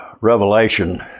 revelation